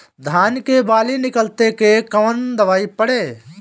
धान के बाली निकलते के कवन दवाई पढ़े?